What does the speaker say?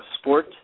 sport